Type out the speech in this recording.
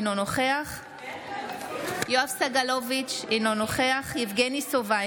אינו נוכח יואב סגלוביץ' אינו נוכח יבגני סובה,